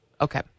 Okay